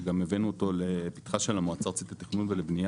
שגם הבאנו אותו לפתחה של המועצה הארצית לתכנון ולבנייה,